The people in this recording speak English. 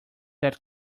that